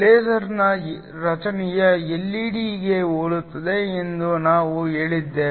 ಲೇಸರ್ನ ರಚನೆಯು ಎಲ್ಇಡಿಗೆ ಹೋಲುತ್ತದೆ ಎಂದು ನಾವು ಹೇಳಿದ್ದೇವೆ